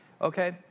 Okay